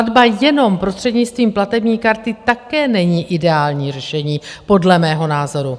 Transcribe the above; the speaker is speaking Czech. Platba jenom prostřednictvím platební karty také není ideální řešení podle mého názoru.